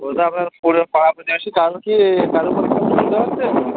ও তা আপনার পুরো পাড়া প্রতিবেশী কারো কি কারোকে সন্দেহ হচ্ছে